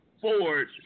Ford